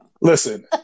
Listen